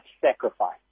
sacrifice